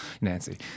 Nancy